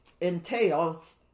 entails